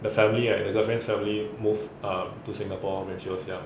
the family right the girlfriend's family move uh to singapore when she was young